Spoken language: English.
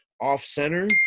off-center